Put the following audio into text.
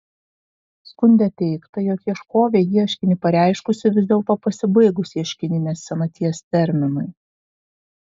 skunde teigta jog ieškovė ieškinį pareiškusi vis dėlto pasibaigus ieškininės senaties terminui